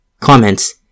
Comments